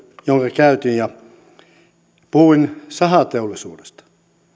jonka käytin puhuin sahateollisuudesta